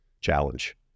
challenge